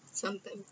sometimes